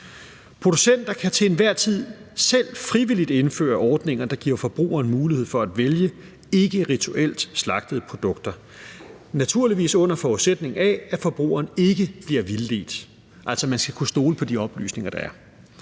Producenter kan til enhver tid selv frivilligt indføre ordninger, der giver forbrugeren mulighed for at vælge ikkerituelt slagtede produkter, naturligvis under forudsætning af, at forbrugeren ikke bliver vildledt – altså man skal kunne stole på de oplysninger, der er.